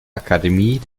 akademie